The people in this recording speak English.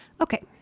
Okay